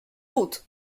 lud